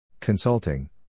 consulting